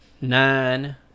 nine